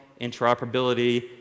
interoperability